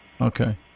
Okay